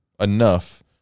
enough